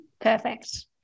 Perfect